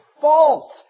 false